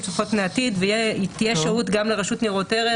צופות פני עתיד ותהיה שהות גם לרשות ניירות ערך